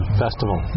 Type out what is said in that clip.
festival